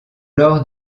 lors